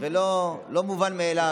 לא מובנת מאליה